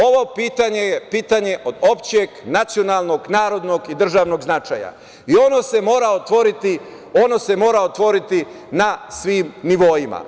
Ovo pitanje je pitanje od opšteg, nacionalnog, narodnog i državnog značaja i ono se mora otvoriti na svim nivoima.